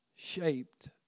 shaped